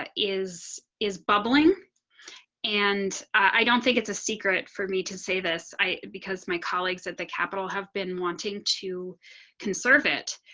is is bubbling and i don't think it's a secret for me to say this i because my colleagues at the capitol have been wanting to conserve it